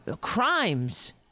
crimes